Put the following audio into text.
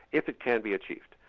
if it can be achieved.